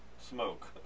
Smoke